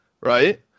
right